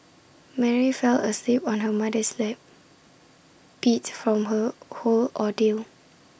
Mary fell asleep on her mother's lap beat from her whole ordeal